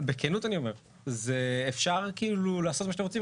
בכנות אני אומר, אפשר לעשות מה שאתם רוצים.